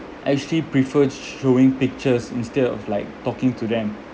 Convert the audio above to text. actually preferred showing pictures instead of like talking to them